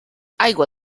aigua